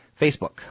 Facebook